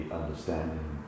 understanding